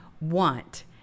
want